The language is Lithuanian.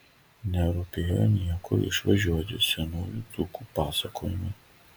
nerūpėjo niekur išvažiuoti senųjų dzūkų pasakojimai